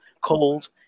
cold